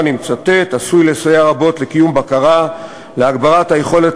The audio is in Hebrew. אני מצטט: "עשוי לסייע רבות לקיום בקרה להגברת היכולת